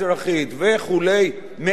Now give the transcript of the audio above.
מעבר למה שצריך,